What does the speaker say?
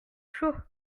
chaud